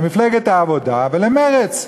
למפלגת העבודה ולמרצ,